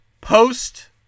post